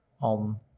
on